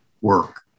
work